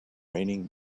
raining